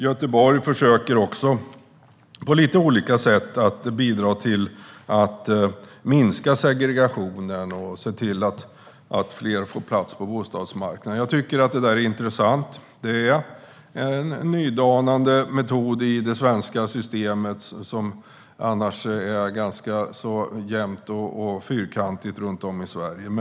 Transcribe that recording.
Göteborg försöker också på lite olika sätt att bidra till att minska segregationen och se till att fler får plats på bostadsmarknaden. Försöket i Göteborg är intressant. Det är en nydanande metod i det svenska systemet, som annars är ganska jämnt och fyrkantigt runt om i Sverige.